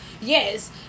yes